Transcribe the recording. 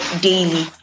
daily